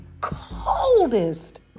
coldest